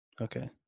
Okay